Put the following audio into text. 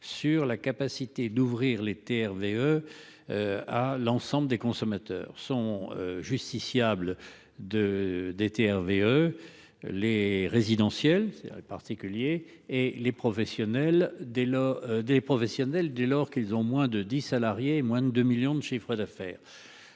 sur la capacité d'ouvrir les terres VE. À l'ensemble des consommateurs sont justiciables de des TRV eux les résidentiel c'est-à-dire les particuliers et les professionnels dès lors des professionnels dès lors qu'ils ont moins de 10 salariés et moins de 2 millions de chiffre d'affaires.